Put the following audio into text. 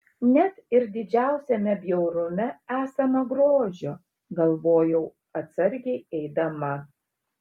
net ir didžiausiame bjaurume esama grožio galvojau atsargiai eidama